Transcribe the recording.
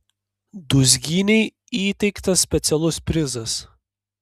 dūzgynei įteiktas specialus prizas